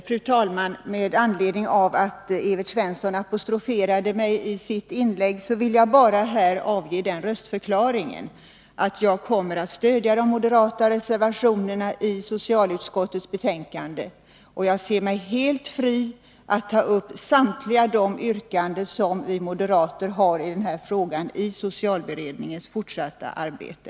Fru talman! Med anledning av att Evert Svensson apostroferade mig i sitt inlägg, vill jag bara här avge en röstförklaring. Jag kommer att stödja de moderata reservationerna i socialutskottets betänkande, och jag ser mig helt fri att ta upp samtliga de yrkanden som vi moderater har i denna fråga i socialberedningens fortsatta arbete.